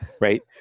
Right